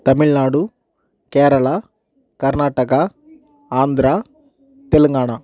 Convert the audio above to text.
Tamil Nadu Kerala Karnataka Andhra Telangana